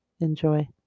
Enjoy